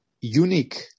unique